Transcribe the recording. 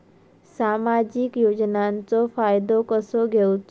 सामाजिक योजनांचो फायदो कसो घेवचो?